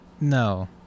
No